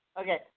Okay